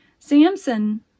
samson